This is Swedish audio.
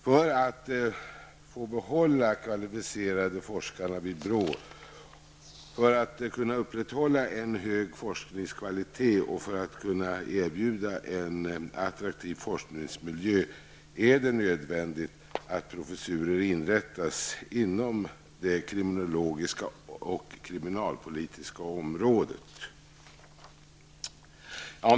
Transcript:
För att få behålla kvalificerade forskare vid BRÅ, för att kunna upprätthålla en hög forskningskvalitet och för att kunna erbjuda en attraktiv forskningsmiljö är det nödvändigt att professurer inrättas inom det kriminologiska och kriminalpolitiska området.